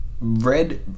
red